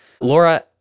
laura